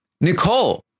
Nicole